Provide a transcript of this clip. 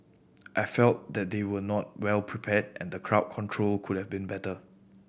I felt that they were not well prepared and crowd control could have been better